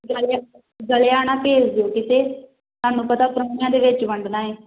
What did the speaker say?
ਗਲ਼ਿਆ ਗਲ਼ਿਆ ਨਾ ਭੇਜ ਦਿਓ ਕਿਤੇ ਤੁਹਾਨੂੰ ਪਤਾ ਪ੍ਰੋਹਣਿਆਂ ਦੇ ਵਿੱਚ ਵੰਡਣਾ ਹੈ